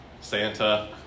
Santa